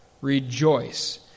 Rejoice